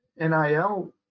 nil